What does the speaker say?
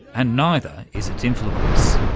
and neither is its influence.